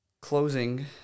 Closing